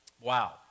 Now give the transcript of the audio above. Wow